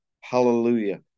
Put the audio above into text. hallelujah